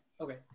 Okay